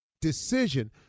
decision